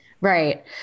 Right